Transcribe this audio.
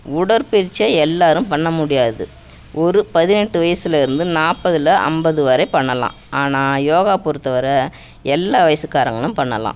உடற்பயிற்சியை எல்லாேரும் பண்ண முடியாது ஒரு பதினெட்டு வயசிலேருந்து நாற்பது இல்லை ஐம்பது வரை பண்ணலாம் ஆனால் யோகா பொறுத்த வரை எல்லா வயதுக்காரங்களும் பண்ணலாம்